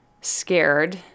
scared